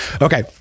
okay